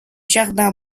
jardin